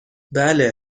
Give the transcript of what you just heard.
بله